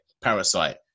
Parasite